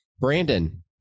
Brandon